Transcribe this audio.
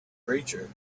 creature